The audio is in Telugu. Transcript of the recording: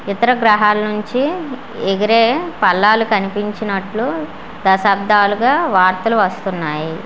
ఇతర గ్రహాల నుంచి ఎగిరే పల్లాలు కనిపించినట్లు దశాబ్దాలుగా వార్తలు వస్తున్నాయి